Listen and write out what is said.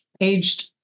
aged